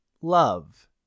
love